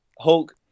Hulk